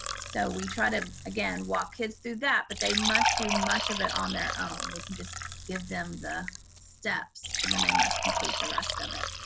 so we try to, again, walk kids through that, but they must do much of it on their own. we can just give them the steps, but then they must complete the rest of it.